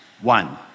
One